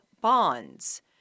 bonds